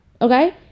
Okay